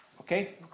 Okay